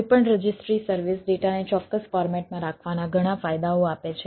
કોઈ પણ registry service ડેટાને ચોક્કસ ફોર્મેટમાં રાખવાના ઘણા ફાયદાઓ આપે છે